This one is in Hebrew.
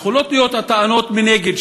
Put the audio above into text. יכולות להיות טענות מנגד,